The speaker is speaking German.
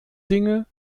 dinge